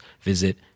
visit